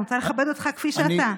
אני רוצה לכבד אותך כפי שאתה.